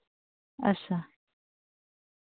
अच्छा